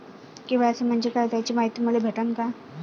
KYC म्हंजे काय त्याची मायती मले भेटन का?